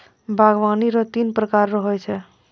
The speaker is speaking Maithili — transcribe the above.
बागवानी रो तीन प्रकार रो हो छै